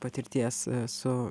patirties su